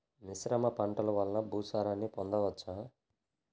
మిశ్రమ పంటలు వలన భూసారాన్ని పొందవచ్చా?